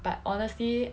but honestly